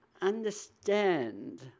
understand